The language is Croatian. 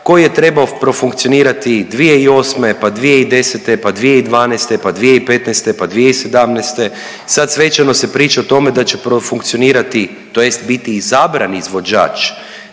koji je trebao profunkcionirati 2008., pa 2010., pa 2012., pa 2015., pa 2017. i sad svečano se priča o tome da će profunkcionirati tj. biti izabran izvođač